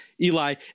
Eli